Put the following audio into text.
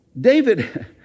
David